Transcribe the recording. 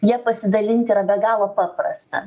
ja pasidalinti yra be galo paprasta